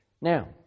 Now